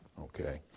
okay